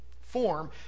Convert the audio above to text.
form